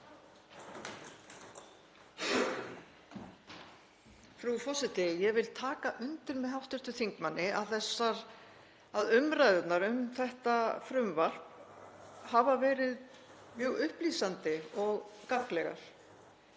Frú forseti. Ég vil taka undir með hv. þingmanni að umræðurnar um þetta frumvarp hafa verið mjög upplýsandi og gagnlegar.